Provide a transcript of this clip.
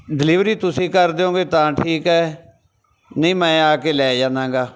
delivery ਤੁਸੀਂ ਕਰ ਦਿਉਂਗੇ ਤਾਂ ਠੀਕ ਹੈ ਨਹੀਂ ਮੈਂ ਆ ਕੇ ਲੈ ਜਾਣਾ ਗਾ